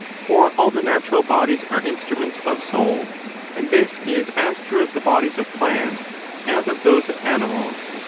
for all the natural bodies are instruments of soul and this is as true of the bodies of plants as of those of animals,